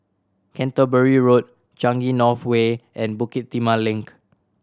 Canterbury Road Changi North Way and Bukit Timah Link